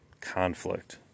conflict